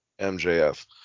MJF